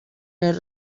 les